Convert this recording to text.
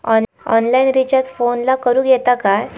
Online recharge फोनला करूक येता काय?